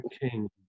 king